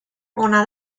ona